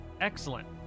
Excellent